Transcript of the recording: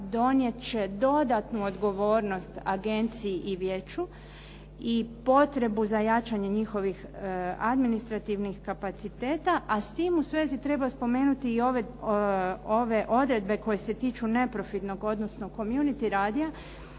donijet će dodatnu odgovornost agenciji i vijeću i potrebu za jačanje njihovih administrativnih kapaciteta, a s tim u svezi treba spomenuti i ove odredbe koje se tiču neprofitnog, odnosno comunity radija